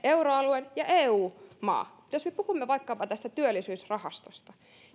euroalueen ja eun maa jos me puhumme vaikkapa tästä työllisyysrahastosta